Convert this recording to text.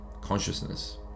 consciousness